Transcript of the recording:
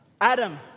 Adam